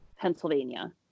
Pennsylvania